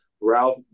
Ralph